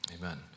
Amen